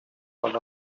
one